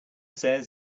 says